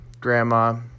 grandma